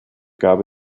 gab